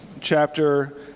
chapter